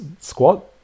squat